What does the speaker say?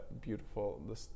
beautiful